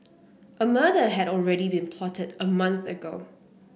a murder had already been plotted a month ago